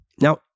Now